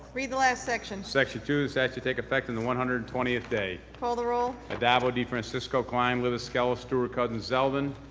read the last section. section two, this act shall take effect on and the one hundred and twentieth day. call the roll. addabbo, defrancisco, klein, libous, skelos, stewart-cousins, zeldin.